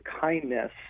kindness